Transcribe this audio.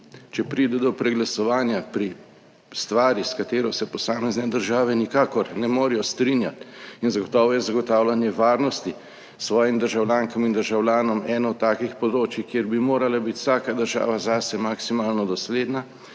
Če pride do preglasovanja pri stvari, s katero se posamezne države nikakor ne morejo strinjati in zagotovo je zagotavljanje varnosti svojim državljankam in državljanom eno od takih področij, kjer bi morala biti vsaka država zase maksimalno dosledna,